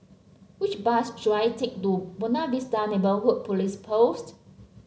which bus should I take to Buona Vista Neighbourhood Police Post